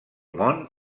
món